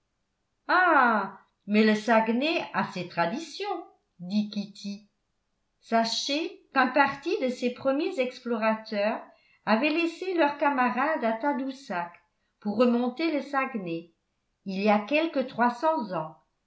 mais le saguenay a ses traditions dit kitty sachez qu'un parti de ses premiers explorateurs avaient laissé leurs camarades à tadoussac pour remonter le saguenay il y a quelque trois cents ans